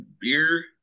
beer